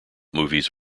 movies